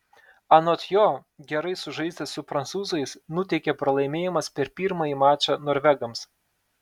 anot jo gerai sužaisti su prancūzais nuteikė pralaimėjimas per pirmąjį mačą norvegams